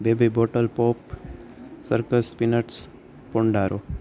baby bottle pop circus peanuts પોન્ડારો